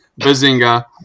Bazinga